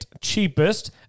cheapest